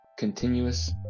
Continuous